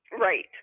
Right